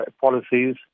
policies